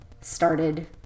started